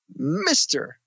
Mr